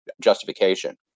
justification